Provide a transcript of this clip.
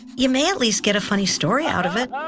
you may at least get a funny story out of it.